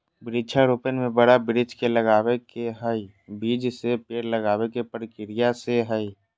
वृक्षा रोपण में बड़ा वृक्ष के लगावे के हई, बीज से पेड़ लगावे के प्रक्रिया से हई